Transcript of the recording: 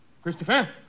Christopher